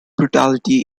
brutality